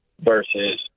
versus